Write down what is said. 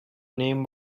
name